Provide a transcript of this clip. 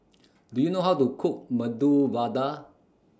Do YOU know How to Cook Medu Vada